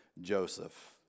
Joseph